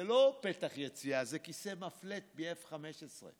זה לא פתח יציאה, זה כיסא מפלט מ-F-15.